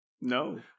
No